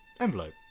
envelope